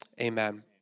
Amen